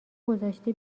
گذاشته